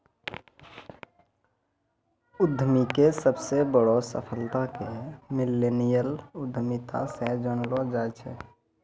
उद्यमीके सबसे बड़ो सफलता के मिल्लेनियल उद्यमिता से जानलो जाय छै